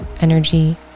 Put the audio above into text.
energy